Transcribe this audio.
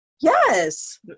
Yes